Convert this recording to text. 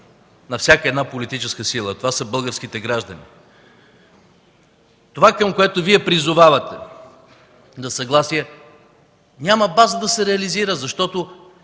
на всяка една политическа сила, а това са българските граждани. Това, към което Вие призовавате – за съгласие, няма база да се реализира, защото